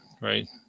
right